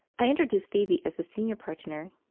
i introduced phoebe as the senior partner,